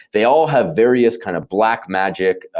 they all have various kind of black magic,